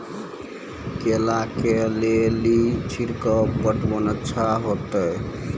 केला के ले ली छिड़काव पटवन अच्छा होते?